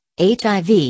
HIV